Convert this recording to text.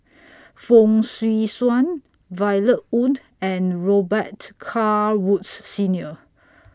Fong Swee Suan Violet Oon and Robet Carr Woods Senior